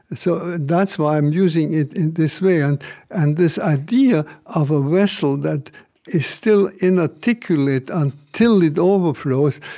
so that's why i'm using it in this way and and this idea of a vessel that is still inarticulate until it overflows,